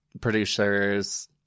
producers